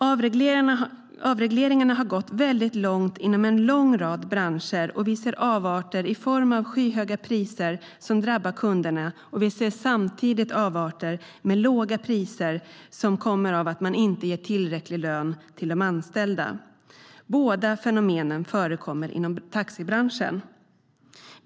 Avregleringarna har gått väldigt långt inom en lång rad branscher, och vi ser avarter i form av skyhöga priser som drabbar kunderna. Vi ser samtidigt andra avarter med för låga priser som kommer av att man inte ger tillräcklig lön till de anställda. Båda dessa fenomen förekommer inom taxibranschen.